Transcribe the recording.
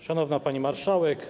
Szanowna Pani Marszałek!